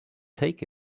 take